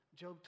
Job